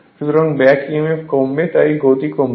সুতরাং back Emf কমবে তাই গতি কমবে